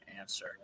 answer